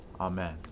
Amen